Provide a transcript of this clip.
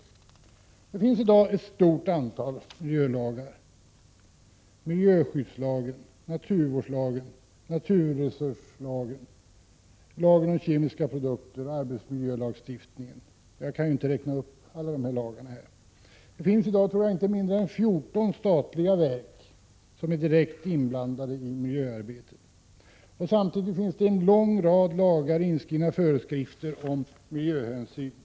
Det finns i dag ett stort antal miljölagar: miljöskyddslagen, naturvårdslagen, naturresurslagen, lagen om kemiska produkter och arbetsmiljölagen; jag kan inte här räkna upp alla lagarna på området. Det finns i dag, tror jag, inte mindre än 14 statliga verk som är direkt inblandade i miljöarbetet. Samtidigt finns det i en lång rad lagar föreskrifter inskrivna om miljöhänsyn.